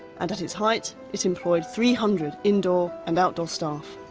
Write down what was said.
and, at its height, it employed three hundred indoor and outdoor staff.